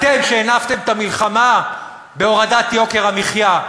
אתם, שהנפתם את דגל המלחמה להורדת יוקר המחיה,